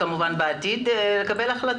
הוא מתנדב הוא מוכר ומקבל את הזכויות.